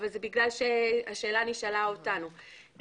זה כי השאלה נשאלה אותנו.